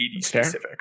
specific